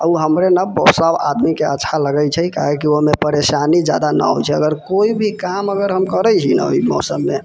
आओर ओ हमरे न सभ आदमीके अच्छा लगै छै काहेकि ओहिमे परेशानी जादा न होइ छै अगर कोइ भी काम अगर हम करै छी न ओहि मौसममे